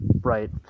right